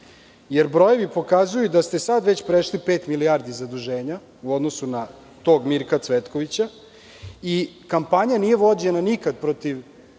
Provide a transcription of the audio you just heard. jer brojevi pokazuju da ste sad već prešli pet milijardi zaduženja u odnosu na tog Mirka Cvetkovića i kampanja nije vođena nikad protiv,